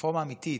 רפורמה אמיתית,